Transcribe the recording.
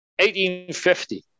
1850